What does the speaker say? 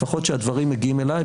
לפחות כשהדברים מגיעים אליי,